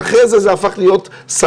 אחרי זה זה הפך להיות 'סדרנים'.